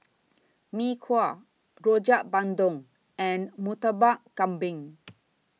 Mee Kuah Rojak Bandung and Murtabak Kambing